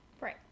Right